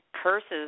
Curses